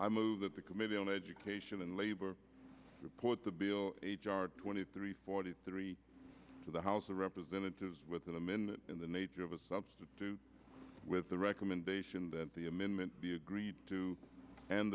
i move that the committee on education and labor support the bill h r twenty three forty three to the house of representatives within a minute in the nature of a substitute with the recommendation that the amendment be agreed to and